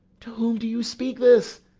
to whom do you speak this?